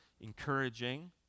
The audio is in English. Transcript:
encouraging